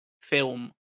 film